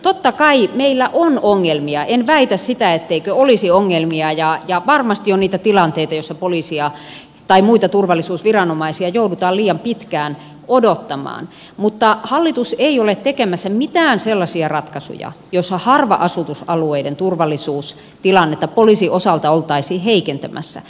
totta kai meillä on ongelmia en väitä etteikö olisi ongelmia ja varmasti on niitä tilanteita joissa poliisia tai muita turvallisuusviranomaisia joudutaan liian pitkään odottamaan mutta hallitus ei ole tekemässä mitään sellaisia ratkaisuja joilla harva asutusalueiden turvallisuustilannetta poliisin osalta oltaisiin heikentämässä